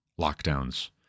lockdowns